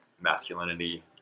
masculinity